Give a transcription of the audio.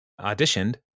auditioned